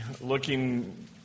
looking